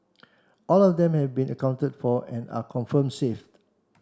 all of them have been accounted for and are confirmed safe